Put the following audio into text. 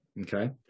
okay